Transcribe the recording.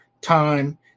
time